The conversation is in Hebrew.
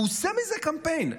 הוא עושה מזה קמפיין.